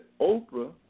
Oprah